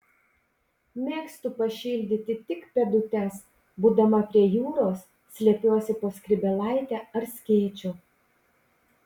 mėgstu pašildyti tik pėdutes būdama prie jūros slepiuosi po skrybėlaite ar skėčiu